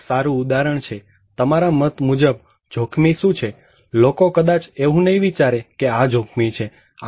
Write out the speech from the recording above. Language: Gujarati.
અહીં એક સારું ઉદાહરણ છે તમારા મત મુજબ જોખમી શું છે લોકો કદાચ એવુ નહિ વિચારે કે આ જોખમી છે